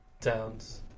Towns